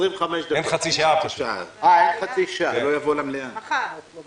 והסתייגות 6 של חבר הכנסת מיקי לוי,